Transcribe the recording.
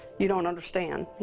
you don't understand.